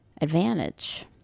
advantage